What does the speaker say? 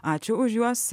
ačiū už juos